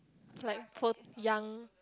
like poor young